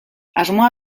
asmoa